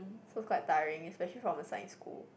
so it's quite tiring especially from a science school